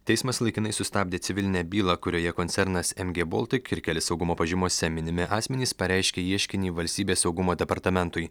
teismas laikinai sustabdė civilinę bylą kurioje koncernas mg baltik ir keli saugumo pažymose minimi asmenys pareiškė ieškinį valstybės saugumo departamentui